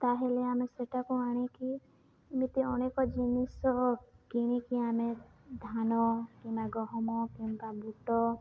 ତାହେଲେ ଆମେ ସେଟାକୁ ଆଣିକି ଏମିତି ଅନେକ ଜିନିଷ କିଣିକି ଆମେ ଧାନ କିମ୍ବା ଗହମ କିମ୍ବା ବୁଟ